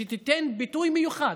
שתיתן ביטוי מיוחד.